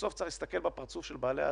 בסוף צריך להסתכל לפרצוף של בעלי העסקים,